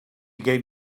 gave